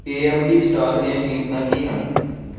ਏ M D stock ਦੀਆਂ ਕੀਮਤਾਂ ਕੀ ਹਨ